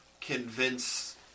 convince